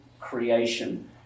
creation